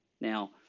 Now